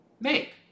make